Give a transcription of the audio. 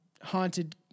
haunted